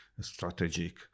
strategic